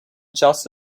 just